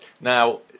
now